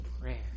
prayer